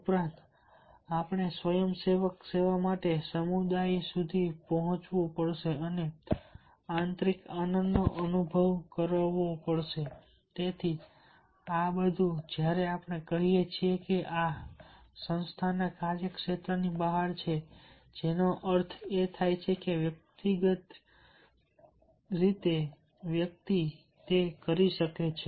ઉપરાંત આપણે સ્વયંસેવક સેવા માટે સમુદાય સુધી પહોંચવું પડશે અને આંતરિક આનંદનો અનુભવ કરવો પડશે તેથી આ બધું જ્યારે આપણે કહીએ છીએ કે આ સંસ્થાના કાર્યના ક્ષેત્રની બહાર છે જેનો અર્થ એ થાય કે વ્યક્તિ કરી શકે છે